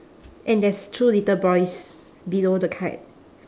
and there's two little boys below the kite